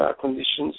conditions